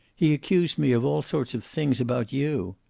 he accused me of all sorts of things, about you.